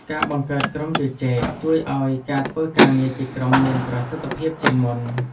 ការបង្កើតក្រុមជជែក ជួយឱ្យការធ្វើការងារជាក្រុមមានប្រសិទ្ធភាពជាងមុន។